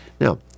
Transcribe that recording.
Now